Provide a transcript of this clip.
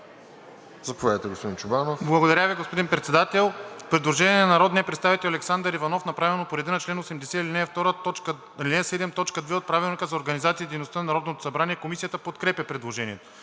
Заповядайте, господин Божанов.